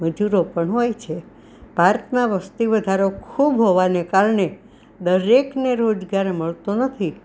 મજૂરો પણ હોય છે ભારતમાં વસ્તીવધારો ખૂબ હોવાને કારણે દરેકને રોજગાર મળતો નથી